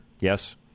Yes